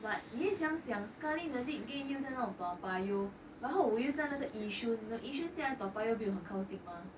but 你也想想 scarly 你的 league game 又在那种 toa payoh 然后我又在那个 yishun 你懂 yishun 下来 toa payoh 没有很靠近吗